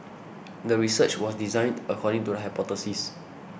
the research was designed according to the hypothesis